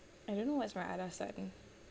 I don't know what's my alasan